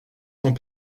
sont